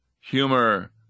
humor